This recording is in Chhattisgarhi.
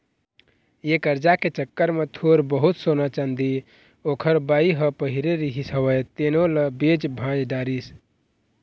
ये करजा के चक्कर म थोर बहुत सोना, चाँदी ओखर बाई ह पहिरे रिहिस हवय तेनो ल बेच भांज डरिस